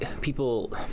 people